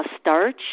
starch